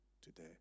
today